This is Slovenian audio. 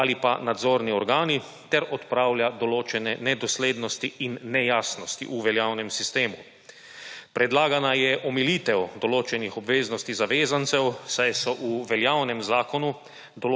ali pa nadzorni organi, ter odpravlja določene nedoslednosti in nejasnosti v veljavnem sistemu. Predlagana je omilitev določenih obveznosti zavezancev, saj so v veljavnem zakonu